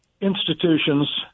institutions